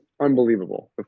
unbelievable